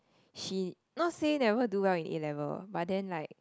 she not say never do well in A level but then like